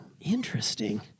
interesting